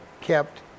kept